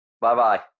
Bye-bye